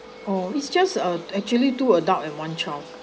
oh it's just uh actually two adult and one child